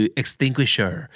extinguisher